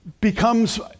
becomes